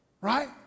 Right